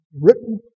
written